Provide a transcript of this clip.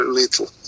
little